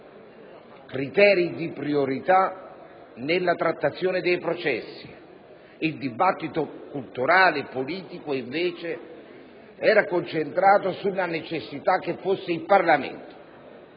criteri di priorità nella trattazione dei processi. Il dibattito culturale e politico, al contrario, era concentrato sulla necessità che fosse il Parlamento